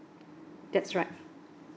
that's right